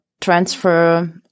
transfer